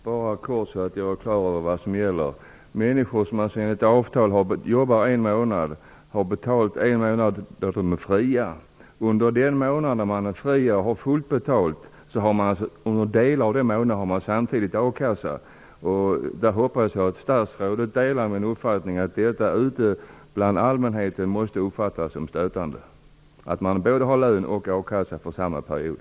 Herr talman! För klarhetens skull: Människor som enligt avtal jobbar en månad har alltså betalt också under en fri månad. Under delar av den fria månaden med full betalning har de samtidigt a-kassa. Jag hoppas att statsrådet delar min uppfattning att det ute bland allmänheten måste uppfattas som stötande att man har både lön och a-kassa för samma period.